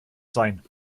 sein